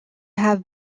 have